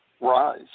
rise